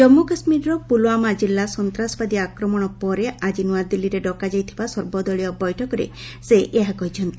ଜାମ୍ମ କାଶ୍ମୀରର ପୁଲଓ୍ୱାମା ଜିଲ୍ଲା ସନ୍ତାସବାଦୀ ଆକ୍ରମଣ ପରେ ଆଜି ନୂଆଦିଲ୍ଲୀରେ ଡକାଯାଇଥିବା ସର୍ବଦଳୀୟ ବୈଠକରେ ସେ ଏହା କହିଛନ୍ତି